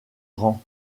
grand